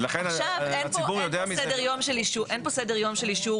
עכשיו, אין פה סדר יום של אישור